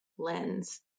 lens